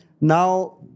Now